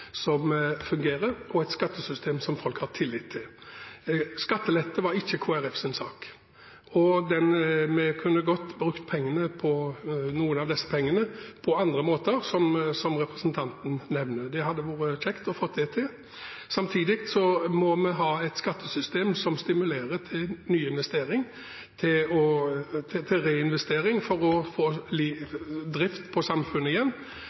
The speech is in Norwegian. som fungerer, og et skattesystem som folk har tillit til. Skattelette var ikke Kristelig Folkepartis sak. Vi kunne godt brukt noen av disse pengene på andre måter, som representanten nevner; det hadde vært kjekt å få til det. Samtidig må vi ha et skattesystem som stimulerer til reinvestering for å få fart på samfunnet igjen.